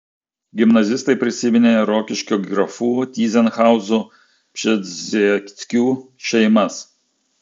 gimnazistai prisiminė rokiškio grafų tyzenhauzų pšezdzieckių šeimas